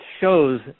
shows